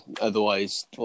otherwise